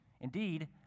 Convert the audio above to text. indeed